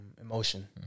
emotion